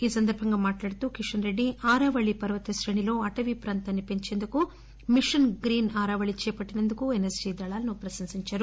ఈ సందర్బంగా మాట్లాడుతూ కిషన్ రెడ్డి ఆరావళి పర్వత శ్రేణిలో అటవీ ప్రాంతాన్ని పెంచేందుకు మిషన్ గ్రీన్ ఆరావళి చేపట్లినందుకు ఎన్ఎస్షి దళాలను ప్రశంసించారు